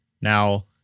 Now